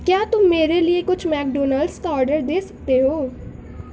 کیا تم میرے لیے کچھ میک ڈونلڈس کا آڈر دے سکتے ہو